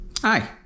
hi